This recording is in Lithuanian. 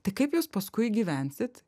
tai kaip jūs paskui gyvensit